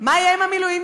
מה יהיה עם המילואימניקים?